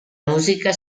musica